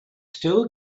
still